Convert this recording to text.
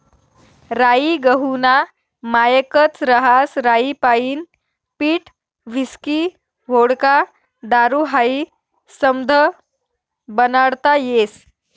राई गहूना मायेकच रहास राईपाईन पीठ व्हिस्की व्होडका दारू हायी समधं बनाडता येस